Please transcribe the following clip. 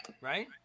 right